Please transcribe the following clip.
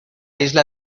isla